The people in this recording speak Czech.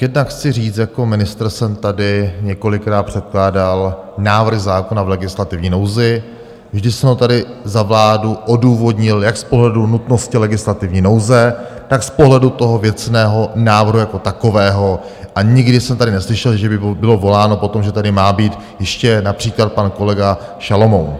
Jednak chci říct, jako ministr jsem tady několikrát předkládal návrh zákona v legislativní nouzi, vždy jsem ho tady za vládu odůvodnil jak z pohledu nutnosti legislativní nouze, tak z pohledu věcného návrhu jako takového a nikdy jsem tady neslyšel, že by bylo voláno po tom, že tady má být ještě například pan kolega Šalomoun.